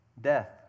death